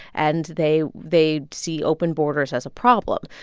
and they they see open borders as a problem.